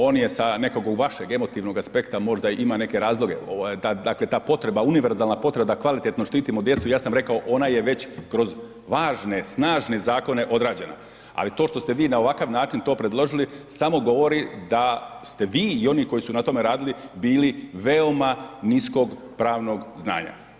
On sa nekog vašeg emotivnog aspekta možda ima neke razloge, dakle ta potreba, univerzalna potreba da kvalitetno štitimo djecu, ja sam rekao, ona je već kroz važne, snažne zakone odrađena ali to što ste vi na ovakav način to predložili, samo govori da ste vi i oni koji su na tome radili bili veoma niskog pravnog znanja.